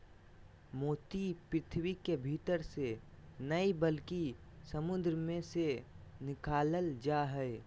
मोती पृथ्वी के भीतर से नय बल्कि समुंद मे से निकालल जा हय